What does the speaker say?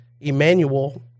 Emmanuel